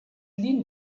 ligne